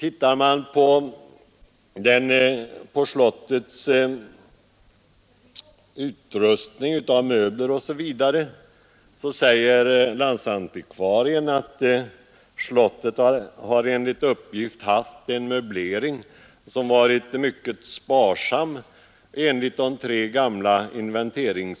I fråga om slottets upprustning med möbler osv. säger landsantikvarien Hallbäck i Skaraborgs län att slottet enligt de tre gamla inventarieutredningar som finns haft en mycket sparsam möblering.